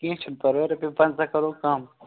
کیٚنٛہہ چھُ نہٕ پرواے رۄپیہِ پَنٛژاہ کَرو کَم